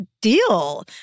deal